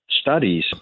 Studies